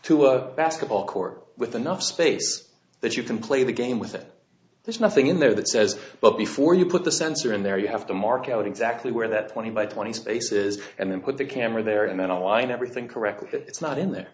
to a basketball court with enough space that you can play the game with it there's nothing in there that says but before you put the sensor in there you have to mark out exactly where that twenty by twenty spaces and then put the camera there and then align everything correctly it's not in there